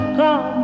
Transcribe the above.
come